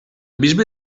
bisbe